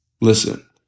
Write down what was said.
Listen